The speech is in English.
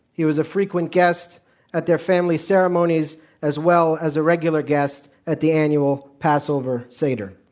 he was a frequent guest at their family ceremonies as well as a regular guest at the annual passover seder.